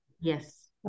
Yes